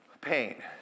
pain